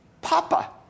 Papa